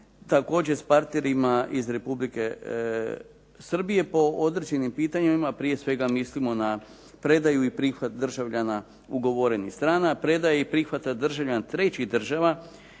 također s partnerima iz Republike Srbije po određenim pitanjima, prije svega mislimo na predaju i prihvat država ugovornih strana, predaju i prihvat državljana trećih država